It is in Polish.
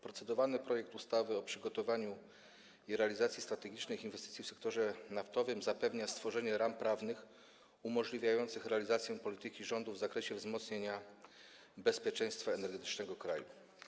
Procedowany projekt ustawy o przygotowaniu i realizacji strategicznych inwestycji w sektorze naftowym zapewnia stworzenie ram prawnych umożliwiających realizację polityki rządu w zakresie wzmocnienia bezpieczeństwa energetycznego kraju.